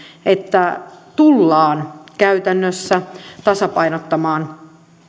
että tullaan käytännössä tasapainottamaan